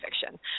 fiction